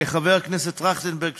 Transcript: חבר הכנסת טרכטנברג,